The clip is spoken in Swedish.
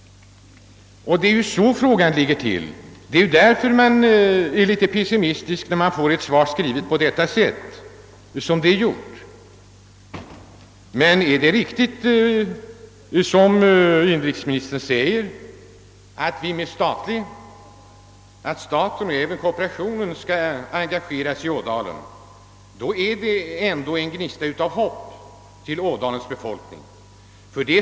Det är så frågan ligger till. Och därför blir man litet pessimistisk när man får ett interpellationssvar som är skrivet på det sätt som här är fallet. Men är det riktigt som inrikesministern säger att staten och även kooperationen skall engageras i Ådalen, tänds ändå en gnista av hopp hos Ådalens befolkning.